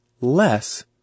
less